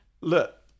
look